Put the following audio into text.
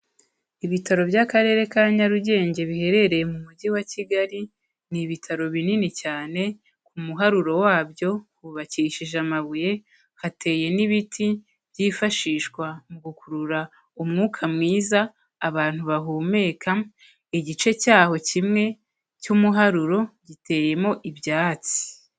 Ibitaro by'Akarere ka Nyarugenge biherereye mu Mujyi wa Kigali, ni ibitaro binini cyane, ku muharuro wabyo hubakishije amabuye, hateye n'ibiti byifashishwa mu gukurura umwuka mwiza abantu bahumeka. Igice cyaho kimwe, cy'umuharuro, giteyemo ibyatsi.